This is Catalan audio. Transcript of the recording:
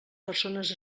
persones